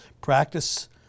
practice